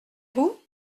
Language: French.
vous